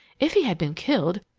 if he had been killed,